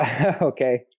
Okay